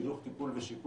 חינוך טיפול ושיקום,